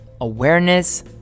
awareness